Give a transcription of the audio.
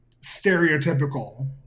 stereotypical